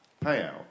payout